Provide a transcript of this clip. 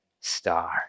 star